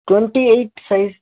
twenty eight size